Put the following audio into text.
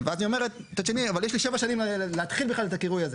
ואז היא אומרת מצד שני יש לי שבע שנים להתחיל בכלל את הקירוי הזה.